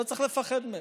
לא צריך לפחד מהם.